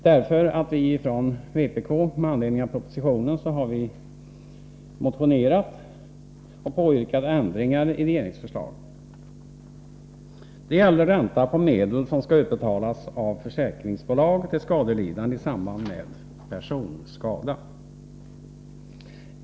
Därför har vi från vpk med anledning av propositionen motionerat och påyrkat ändringar i regeringsförslaget. Det gäller ränta på medel som skall utbetalas av försäkringsbolag till skadelidande i samband med personskada.